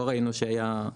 לא ראינו שהייתה בעיה.